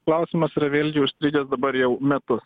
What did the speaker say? klausimas yra vėlgi užstrigęs dabar jau metus